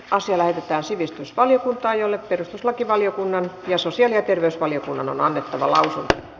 asia lähetettiin sivistysvaliokuntaan jolle perustuslakivaliokunnan ja sosiaali ja terveysvaliokunnan on annettava lausunto